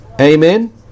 Amen